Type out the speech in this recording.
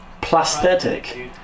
plastic